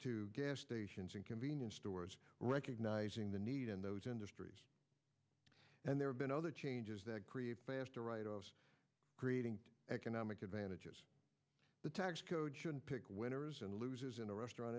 to gas stations and convenience stores recognizing the need in those industries and there have been other changes that create faster write offs creating economic advantages the tax code should pick winners and losers in the restaurant